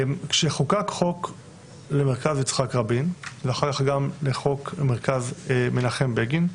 כשחוקק חוק למרכז יצחק רבין ואחר כך גם חוק למרכז מנחם בגין,